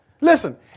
listen